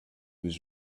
was